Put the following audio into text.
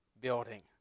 building